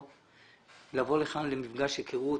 לבוא לכאן למפגש הכרות